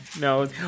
No